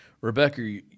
Rebecca